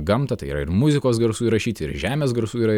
gamtą tai yra ir muzikos garsų įrašyti ir žemės garsų yra